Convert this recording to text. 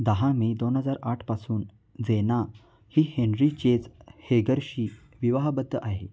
दहा मे दोन हजार आठपासून जेना ही हेनरी चेज हेगर्शी विवाहाबद्ध आहे